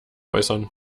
äußern